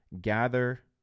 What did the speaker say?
gather